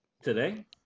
today